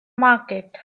market